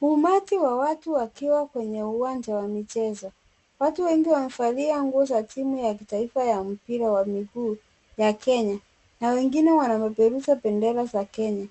Umati wa watu wakiwa kwenye uwanja wa meichezo watu wengi wamevalia nguo za timu ya kitaifa ya mipira ya miguu ya Kenya na wengine wanapeperusha bendera za Kenya